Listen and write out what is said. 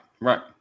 right